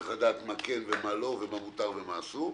צריך לדעת מה כן ומה לא ומה מותר ומה אסור.